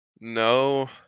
no